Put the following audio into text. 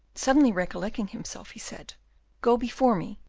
suddenly recollecting himself he said go before me,